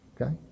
Okay